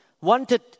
wanted